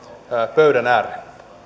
pöydän ääreen